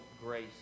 grace